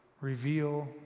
reveal